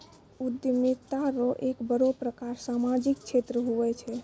उद्यमिता रो एक बड़ो प्रकार सामाजिक क्षेत्र हुये छै